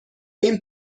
این